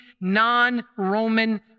non-Roman